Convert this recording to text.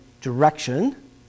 direction